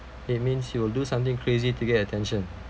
it means you will do something crazy to get attention